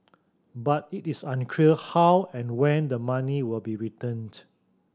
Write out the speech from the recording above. but it is unclear how and when the money will be returned